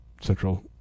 central